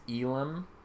Elam